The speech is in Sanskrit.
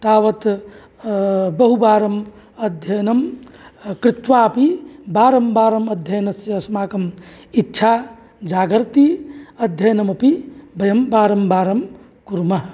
तावत् बहुवारम् अध्ययनं कृत्वापि वारं बारम् अध्ययनस्य अस्माकम् इच्छा जागर्ति अध्ययनमपि वयं वारं वारं कुर्मः